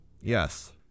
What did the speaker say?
yes